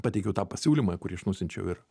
pateikiau tą pasiūlymą kurį aš nusiunčiau ir